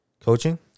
Coaching